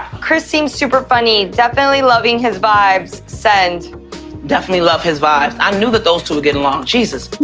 chris seem super funny, definitely loving his vibes. send definitely love his vibe. i knew that those two would get along jesus,